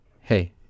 Hey